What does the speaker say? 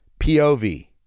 POV